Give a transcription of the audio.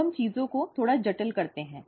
अब हम चीजों को थोड़ा जटिल करते हैं